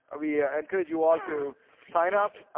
ah we ah encourage you all to sign up,